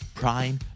prime